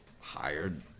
hired